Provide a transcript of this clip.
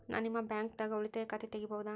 ನಾ ನಿಮ್ಮ ಬ್ಯಾಂಕ್ ದಾಗ ಉಳಿತಾಯ ಖಾತೆ ತೆಗಿಬಹುದ?